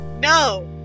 No